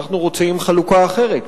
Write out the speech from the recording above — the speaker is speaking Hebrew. אנחנו רוצים חלוקה אחרת,